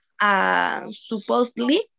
Supposedly